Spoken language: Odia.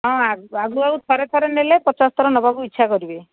ହଁ ଆଗକୁ ଆଉ ଥରେ ଥରେ ନେଲେ ପଚାଶ ଥର ନେବାକୁ ଇଚ୍ଛା କରିବେ